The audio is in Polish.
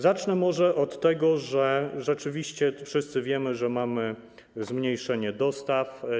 Zacznę może od tego, że rzeczywiście, jak wszyscy wiemy, mamy zmniejszenie dostaw.